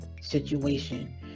situation